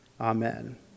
Amen